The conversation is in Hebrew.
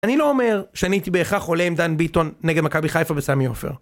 אני לא אומר, שאני הייתי בהכרח עולה עם דן ביטון נגד מכבי חיפה בסמי עופר.